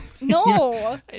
No